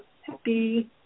happy